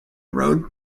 road